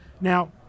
Now